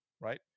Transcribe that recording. right